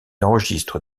enregistre